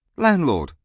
landlord,